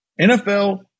NFL